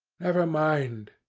never mind,